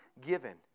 given